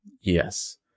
Yes